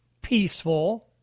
peaceful